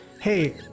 hey